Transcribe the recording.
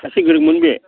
सासे गोरोंमोन बे